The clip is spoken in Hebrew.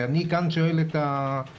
ואני כאן שואל את הנכבדה,